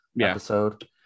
episode